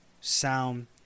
sound